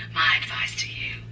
i so